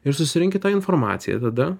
ir susirenki tą informaciją tada